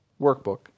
workbook